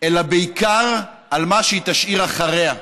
אלא בעיקר על מה שהיא תשאיר אחריה.